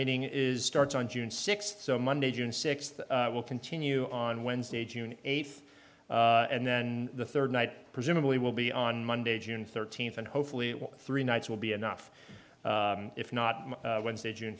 meeting is starts on june sixth so monday june sixth will continue on wednesday june eighth and then the third night presumably will be on monday june thirteenth and hopefully it will three nights will be enough if not wednesday june